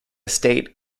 state